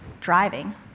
driving